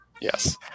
Yes